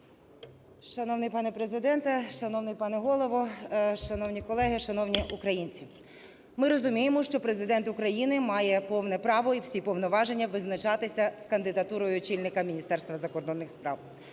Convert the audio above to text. Шановний пане Президенте, шановний пане Голово, шановні колеги, шановні українці! Ми розуміємо, що Президент України має повне право і всі повноваження визначатися з кандидатурою очільника Міністерства закордонних справ,